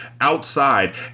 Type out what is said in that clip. outside